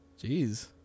jeez